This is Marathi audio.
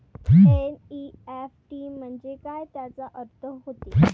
एन.ई.एफ.टी म्हंजे काय, त्याचा अर्थ काय होते?